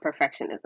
perfectionism